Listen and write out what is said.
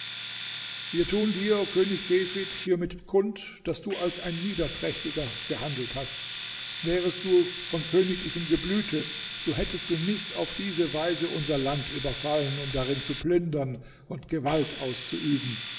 wir tun dir o könig kefid hiermit kund daß du als ein niederträchtiger gehandelt hast wärest du von königlichem geblüte so hättest du nicht auf diese weise unser land überfallen um darin zu plündern und gewalt auszuüben